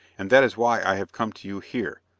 and that is why i have come to you here,